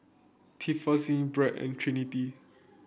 Tiffanie Brent and Trinity